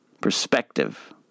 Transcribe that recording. Perspective